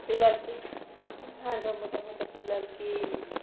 పిల్లలకి సాయంత్రం పూట పోతే పిల్లలకి